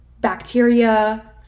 bacteria